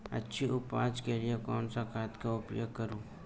अच्छी उपज के लिए कौनसी खाद का उपयोग करूं?